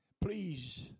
please